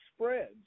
spreads